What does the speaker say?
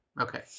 Okay